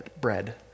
bread